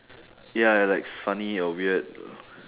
ya li~ like it's funny or weird